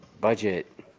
Budget